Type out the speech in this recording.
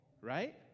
right